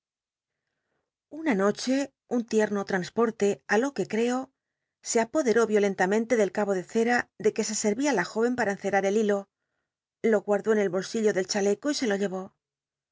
na noche en un ticno transporte á lo que creo se apoderó violentamente del cabo de cera de que se se ia la jó cn para encerar el hilo lo guardo en el bolsillo del chaleco y se lo lle